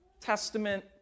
Testament